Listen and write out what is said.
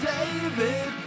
David